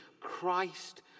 Christ